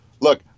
Look